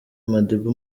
madiba